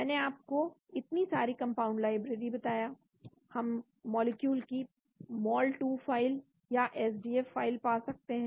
मैंने आपको इतनी सारी कंपाउंड लाइब्रेरी बताया हम मॉलिक्यूल की मॉल टू फाइल या एस डी एफ फाइल पा सकते हैं